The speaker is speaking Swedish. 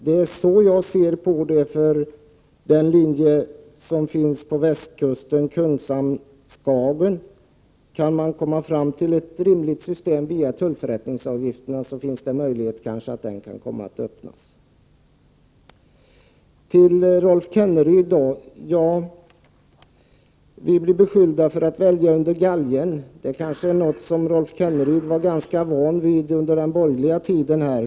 När det gäller linjen Kungshamn—Skagen —- det handlar alltså om västkusten — vill jag framhålla följande. Kan man komma fram till ett rimligt system via tullförrättningsavgifterna, finns det kanske en möjlighet att börja med trafik på den linjen. Så till Rolf Kenneryd. Vi beskylls för att välja under galgen. Men det är kanske något som Rolf Kenneryd blev ganska van vid under den borgerliga regeringstiden.